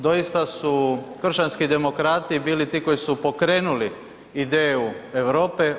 Doista su kršćanski demokrati bili ti koji su pokrenuli ideju Europe.